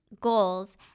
goals